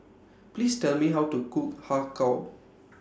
Please Tell Me How to Cook Har Kow